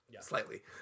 slightly